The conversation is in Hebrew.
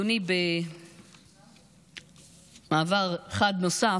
אדוני, במעבר חד נוסף,